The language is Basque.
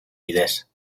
bidez